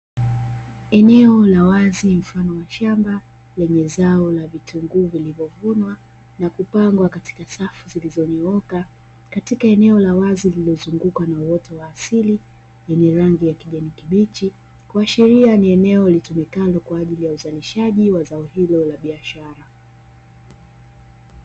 Eneo la wazi, mfano wa shamba, lenye zao la vitunguu vilivyovunwa na kupangwa katika safu zilizonyooka. Katika eneo la wazi lililozungukwa na uoto wa asili lenye rangi ya kijani kibichi, kuashiria ni eneo litumikalo kwa ajili ya uzalishaji wa zao hilo la biashara.